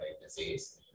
disease